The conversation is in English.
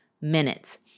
minutes